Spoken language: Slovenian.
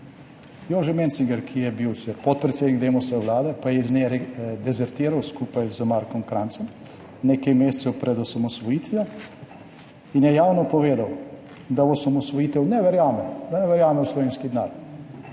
Jože Mencinger, ki je bil podpredsednik Demosove vlade, pa je iz nje dezertiral skupaj z Markom Kranjcem nekaj mesecev pred osamosvojitvijo in je javno povedal, da v osamosvojitev ne verjame, da ne verjame v slovenski denar